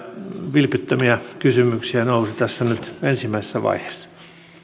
vilpittömiä kysymyksiä nousi nyt ensimmäisessä vaiheessa